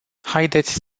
haideți